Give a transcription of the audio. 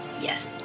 Yes